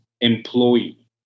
employee